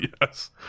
Yes